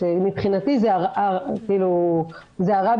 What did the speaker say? ומבחינתי זה הרע במיעוטו.